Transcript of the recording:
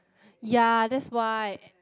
ya that's why